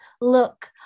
Look